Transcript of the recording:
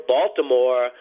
Baltimore